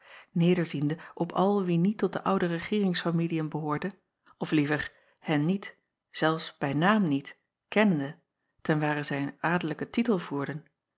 nederziende op al wie niet tot de oude regeeringsfamiliën behoorde of liever hen niet zelfs bij name niet kennende tenware zij een adellijken titel voerden